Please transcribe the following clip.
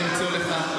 מה זה קשור?